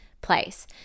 place